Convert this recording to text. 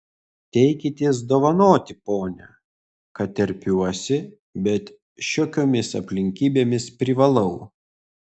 teikitės dovanoti pone kad terpiuosi bet šiokiomis aplinkybėmis privalau